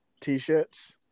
t-shirts